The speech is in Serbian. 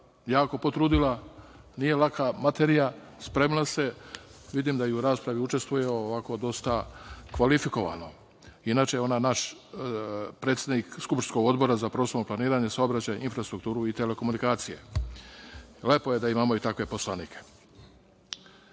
jako potrudila, nije laka materija, spremila se, vidim da i u raspravi učestvuje dosta kvalifikovano. Inače, ona je naš predsednik skupštinskog Odbora za prostorno planiranje, saobraćaj, infrastrukturu i telekomunikacije. Lepo je da imamo i takve poslanike. Ovde